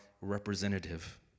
representative